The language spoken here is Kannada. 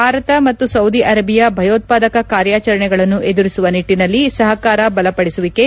ಭಾರತ ಮತ್ತು ಸೌದಿ ಅರೇಬಿಯಾ ಭಯೋತಾದಕ ಕಾರ್ಯಾಚರಣೆಗಳನ್ನು ಎದುರಿಸುವ ನಿಟ್ಲನಲ್ಲಿ ಸಹಕಾರ ಬಲಪಡಿಸುವಿಕೆ